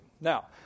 Now